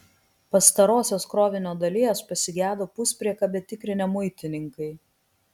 pastarosios krovinio dalies pasigedo puspriekabę tikrinę muitininkai